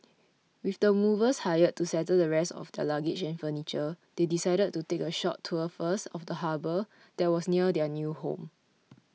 with the movers hired to settle the rest of their luggage and furniture they decided to take a short tour first of the harbour that was near their new home